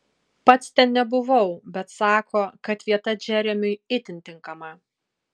pats ten nebuvau bet sako kad vieta džeremiui itin tinkama